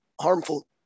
harmful